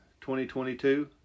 2022